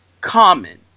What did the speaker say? common